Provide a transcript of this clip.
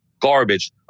Garbage